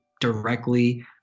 directly